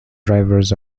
drivers